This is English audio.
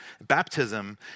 Baptism